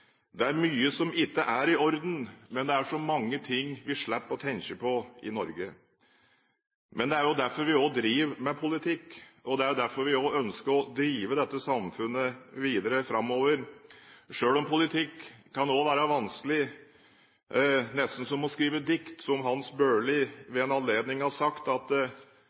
Det er mange utfordringer. Det er mye som ikke er i orden. Men det er så mange ting vi slipper å tenke på i Norge. Det er jo derfor vi også driver med politikk. Og det er derfor vi ønsker å drive dette samfunnet videre framover. Men politikk kan også være vanskelig, nesten som å skrive dikt. Som Hans Børli ved en anledning har sagt